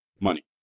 money